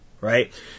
Right